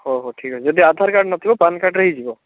ହଉ ହଉ ଠିକ୍ ଅଛି ଯଦି ଆଧାର କାର୍ଡ଼ ନଥିବ ପ୍ୟାନ କାର୍ଡ଼ରେ ହେଇଯିବ